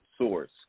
source